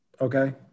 Okay